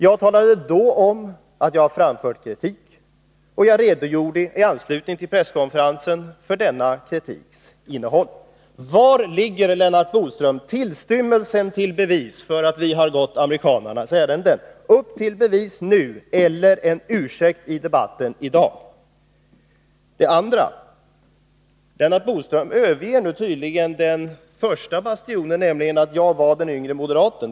Jag talade då om, att jag hade framfört kritik, och jag redogjorde i anslutning till presskonferensen för denna kritiks innehåll. Var ligger, Lennart Bodström, tillstymmelsen till bevis för att vi har gått amerikanernas ärenden? Upp till bevis nu, eller ge en ursäkt i debatten i dag! Lennart Bodström överger nu tydligen sin första bastion, där vi utgick från att jag var den yngre moderaten.